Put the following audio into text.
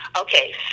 Okay